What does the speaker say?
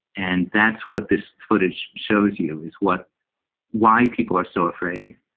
and that's what this footage shows you, is what why people are so afraid,